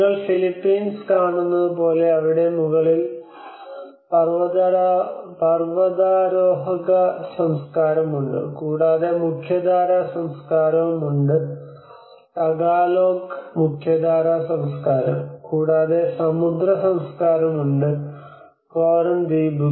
നിങ്ങൾ ഫിലിപ്പീൻസ് കാണുന്നതുപോലെ അവിടെ മുകളിൽ പർവതാരോഹക സംസ്കാരമുണ്ട് കൂടാതെ മുഖ്യധാരാ സംസ്കാരമുണ്ട് തഗാലോഗ് മുഖ്യധാരാ സംസ്കാരം കൂടാതെ സമുദ്ര സംസ്കാരം ഉണ്ട് കോരൻ ദ്വീപുകൾ